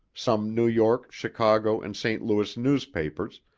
some new york, chicago, and st. louis newspapers,